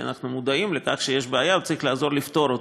כי אנחנו מודעים לכך שיש בעיה וצריך לעזור לפתור אותה.